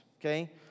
okay